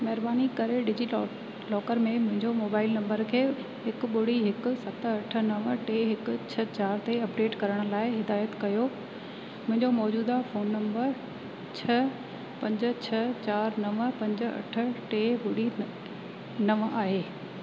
महिरबानी करे डिजिलॉकर में मुंहिंजे मोबाइल नंबर खे हिकु ॿुड़ी हिकु सत अठ नव टे हिकु छह चार ते अपडेट करण लाइ हिदायत कयो मुंहिंजो मौजूदा फोन नंबर छह पंज छह चार नव पंज अठ टे ॿुड़ी नव आहे